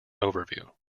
overview